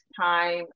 time